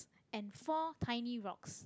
and four tiny rocks